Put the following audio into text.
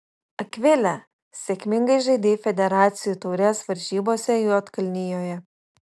akvile sėkmingai žaidei federacijų taurės varžybose juodkalnijoje